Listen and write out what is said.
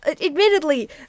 admittedly